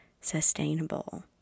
sustainable